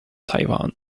taiwan